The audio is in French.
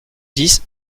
dix